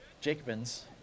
Jacobins